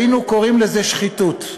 היינו קוראים לזה שחיתות,